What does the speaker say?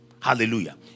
Hallelujah